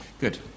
Good